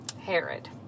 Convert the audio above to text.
Herod